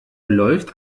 läuft